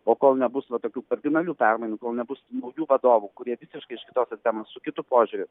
o kol nebus va tokių kardinalių permainų kol nebus naujų vadovų kurie visiškai iš kitos sistemos su kitu požiūriu